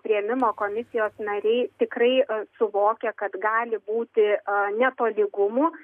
priėmimo komisijos nariai tikrai suvokia kad gali būti netolygumų